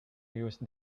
used